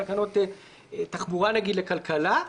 התקנות תחבורה נגיד לכלכלה.